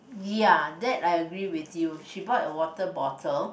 ya that I agree with you she bought a water bottle